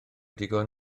digon